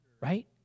right